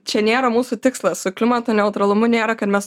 čia nėra mūsų tikslas su klimato neutralumu nėra kad mes